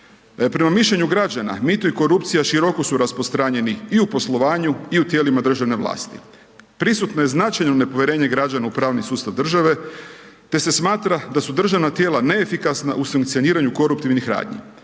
Prema mišljenju građana, mito i korupcija, široko su rasprostranjeni i u poslovanju i u tijelima državne vlasti. Prisutno je značajno nepovjerenje u pravni sustav države, te se smatra, da u državna tijela neefikasna u sankcioniranju koruptivnih radnji.